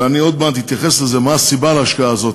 ואני עוד מעט אתייחס לזה, מה הסיבה להשקעה הזאת.